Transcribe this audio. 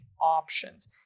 options